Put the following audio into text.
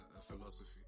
philosophy